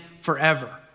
forever